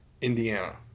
Indiana